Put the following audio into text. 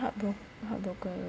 heartbro~ heartbroken